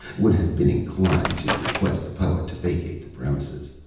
would have been inclined to request the poet to vacate the premises.